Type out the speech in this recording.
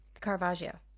Caravaggio